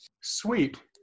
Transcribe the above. Sweet